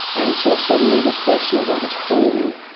and so suddenly this question of, what is home?